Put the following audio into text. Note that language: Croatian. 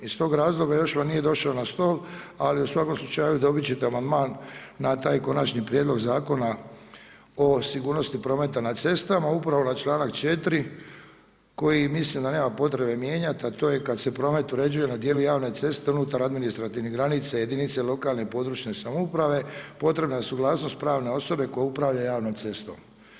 Iz tog razloga još vam nije došao na stol ali u svakom slučaju dobiti ćete amandman na taj Konačni prijedlog Zakona o sigurnosti prometa na cestama, upravo na članak 4. koji mislim da nema potrebe mijenjati a to je kada se promet uređuje na dijelu javne ceste unutar administrativnih granica jedinice lokalne i područne samouprave potrebna je suglasnost pravne osobe koja upravlja javnom cestom.